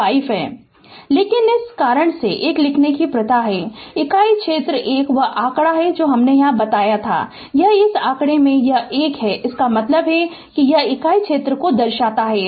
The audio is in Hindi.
Refer Slide Time 0605 लेकिन इस कारण से 1 लिखने की प्रथा है इकाई क्षेत्र 1 वह आंकड़ा जो हमने यहां बताया था यह इस आंकड़े में है यह 1 है इसका मतलब है कि यह इकाई क्षेत्र को दर्शाता है